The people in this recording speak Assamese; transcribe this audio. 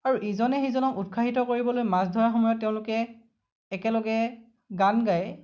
আৰু ইজনে সিজনক উৎসাহিত কৰিবলৈ মাছ ধৰাৰ সময়ত তেওঁলোকে একেলগে গান গাই